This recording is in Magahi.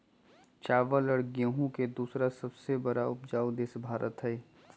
चावल और गेहूं के दूसरा सबसे बड़ा उपजाऊ देश भारत हई